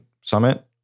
summit